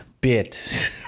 bit